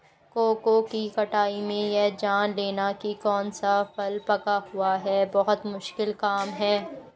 cocoa की कटाई में यह जान लेना की कौन सा फल पका हुआ है बहुत मुश्किल काम है